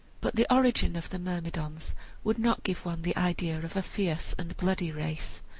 but the origin of the myrmidons would not give one the idea of a fierce and bloody race,